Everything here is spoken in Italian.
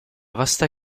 vasta